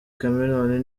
chameleone